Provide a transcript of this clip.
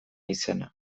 izena